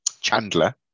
Chandler